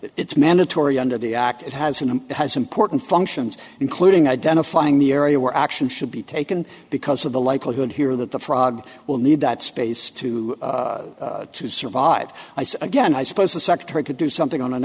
it's mandatory under the act it has and it has important functions including identifying the area where action should be taken because of the likelihood here that the frog will need that space to survive i say again i suppose the secretary could do something on an